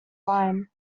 line